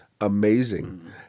amazing